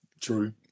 true